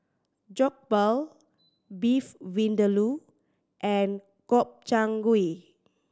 Jokbal Beef Vindaloo and Gobchang Gui